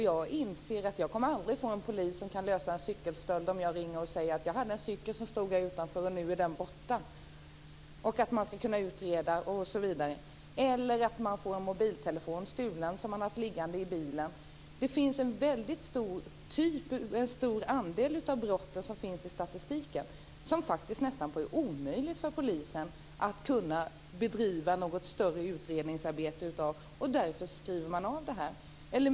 Jag inser att polisen aldrig kommer att kunna lösa en cykelstöld om jag ringer och säger att jag hade en cykel som stod här utanför och nu är den borta. Samma sak gäller om man får en mobiltelefon som man har haft liggande i bilen stulen. I en stor andel av brotten i statistiken är det nästan omöjligt för polisen att bedriva något större utredningsarbete. Därför skriver man av dem.